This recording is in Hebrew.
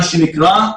מה שנקרא,